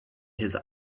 his